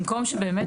במקום שבאמת,